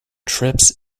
trips